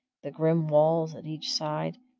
the grim walls at each side,